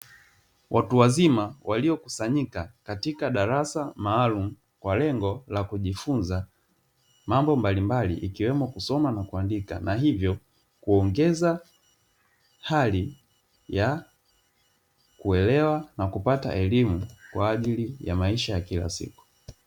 Watu wazima waliokusanyika katika darasa maalumu kwa lengo la kujifunza mambo mbalimbali ikiwemo kusoma na kuandika na hivyo kuongeza hali ya kuelewa na kupata elimu kwa ajili ya maisha ya kila siku.